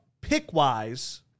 pick-wise